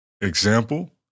example